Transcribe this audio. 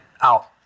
out